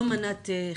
זה לא יהיה מנת חלקו.